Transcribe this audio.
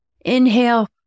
inhale